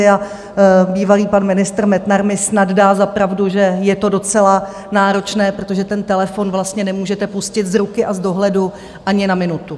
A bývalý pan ministr Metnar mi snad dá za pravdu, že je to docela náročné, protože ten telefon vlastně nemůžete pustit z ruky a z dohledu ani na minutu.